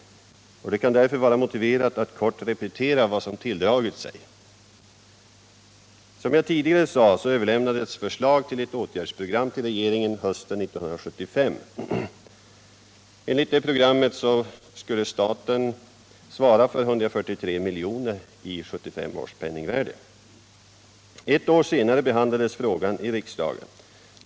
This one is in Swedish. Det kan därför vara motiverat att kort repetera vad som tilldragit sig. Om sysselsättnings Som jag tidigare sade överlämnades förslag till ett åtgärdsprogram till problemen i regeringen hösten 1975. Enligt det programmet skulle staten svara för — Västerbottens 143 milj.kr. i 1975 års penningvärde. Ett år senare behandlades frågan — inland i riksdagen.